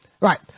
right